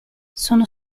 sono